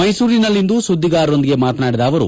ಮ್ನೆಸೂರಿನಲ್ಲಿಂದು ಸುದ್ಗಿಗಾರರೊಂದಿಗೆ ಮಾತನಾಡಿದ ಅವರು